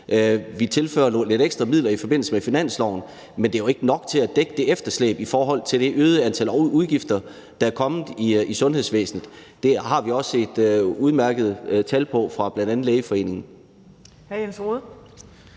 vi tilfører ekstra midler i forbindelse med finansloven. Men det er jo ikke nok til at dække det efterslæb, i forhold til det øgede antal udgifter, der er kommet i sundhedsvæsenet. Og det har vi også set tal på fra bl.a. Lægeforeningen.